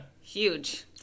Huge